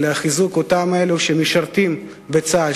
חיזוק אותם אלה שמשרתים בצה"ל,